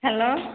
hello